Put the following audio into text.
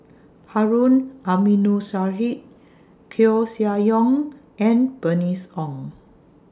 Harun Aminurrashid Koeh Sia Yong and Bernice Ong